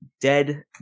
dead